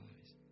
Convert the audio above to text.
eyes